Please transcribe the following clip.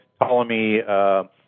Ptolemy